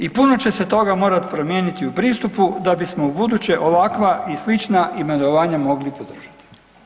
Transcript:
I puno će se toga morati promijeniti u pristupu da bismo u buduće ovakva i slična imenovanja mogli podržati.